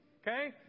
Okay